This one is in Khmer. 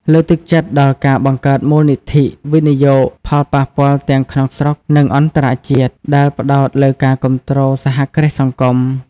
លើកទឹកចិត្តដល់ការបង្កើតមូលនិធិវិនិយោគផលប៉ះពាល់ទាំងក្នុងស្រុក និងអន្តរជាតិ ដែលផ្តោតលើការគាំទ្រសហគ្រាសសង្គម ។